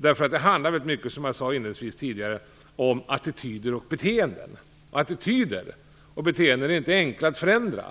Det är inte lösningen. Det handlar, som jag sade inledningsvis, väldigt mycket om attityder och beteenden. Attityder och beteenden är inte enkla att förändra.